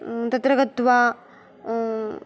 तत्र गत्वा